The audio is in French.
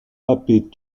pape